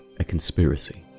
a conspiracy.